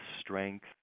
strength